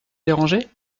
déranger